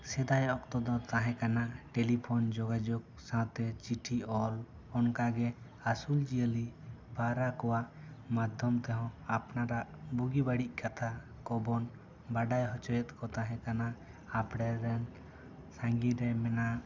ᱥᱮᱫᱟᱭ ᱚᱠᱛᱚ ᱫᱚ ᱛᱟᱦᱮᱸᱠᱟᱱᱟ ᱴᱮᱞᱤᱯᱷᱳᱱ ᱡᱚᱜᱟᱡᱳᱜᱽ ᱥᱟᱶᱛᱮ ᱪᱤᱴᱷᱤ ᱚᱞ ᱚᱱᱠᱟ ᱜᱮ ᱟᱹᱥᱩᱞ ᱡᱤᱭᱟᱹᱞᱤ ᱯᱟᱣᱨᱟ ᱠᱚᱣᱟᱜ ᱢᱟᱫᱷᱭᱚᱢ ᱛᱮᱦᱚᱸ ᱟᱯᱱᱟᱨᱟᱜ ᱵᱩᱜᱤ ᱵᱟᱹᱲᱤᱡᱟ ᱠᱟᱛᱷᱟ ᱠᱚ ᱵᱚᱱ ᱵᱟᱲᱟᱭ ᱦᱚᱪᱚᱭᱮᱫ ᱠᱚ ᱛᱟᱦᱮᱸ ᱠᱟᱱᱟ ᱟᱯᱲᱮ ᱨᱮᱱ ᱥᱟ ᱜᱤᱧ ᱨᱮ ᱢᱮᱱᱟᱜ